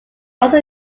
also